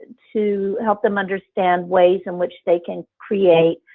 to help them understand ways in which they can create